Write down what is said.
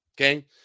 okay